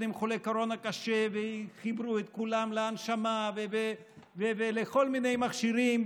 עם חולי קורונה קשים וחיברו את כולם להנשמה ולכל מיני מכשירים,